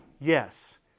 Yes